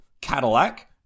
cadillac